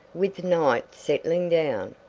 with night settling down.